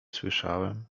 słyszałem